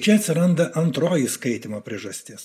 čia atsiranda antroji skaitymo priežastis